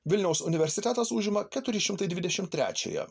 vilniaus universitetas užima keturi šimtai dvidešimt trečiąją